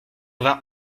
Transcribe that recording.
vingt